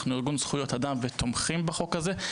אנחנו ארגון זכויות אדם ותומכים בחוק הזה.